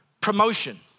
promotion